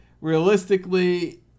realistically